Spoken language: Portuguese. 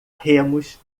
remos